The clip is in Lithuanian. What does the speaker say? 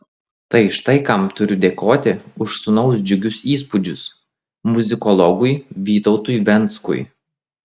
tai štai kam turiu dėkoti už sūnaus džiugius įspūdžius muzikologui vytautui venckui